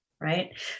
right